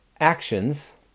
actions